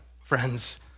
friends